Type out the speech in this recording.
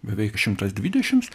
beveik šimtas dvidešims